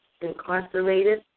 Incarcerated